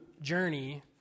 journey